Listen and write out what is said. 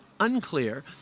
Unclear